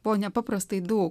buvo nepaprastai daug